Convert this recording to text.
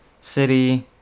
city